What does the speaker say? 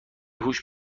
هوش